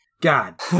god